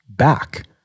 back